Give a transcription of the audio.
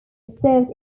served